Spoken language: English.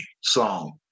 song